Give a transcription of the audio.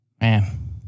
Man